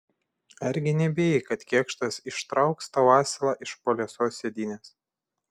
argi nebijai kad kėkštas ištrauks tau asilą iš po liesos sėdynės